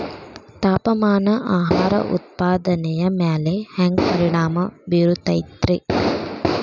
ತಾಪಮಾನ ಆಹಾರ ಉತ್ಪಾದನೆಯ ಮ್ಯಾಲೆ ಹ್ಯಾಂಗ ಪರಿಣಾಮ ಬೇರುತೈತ ರೇ?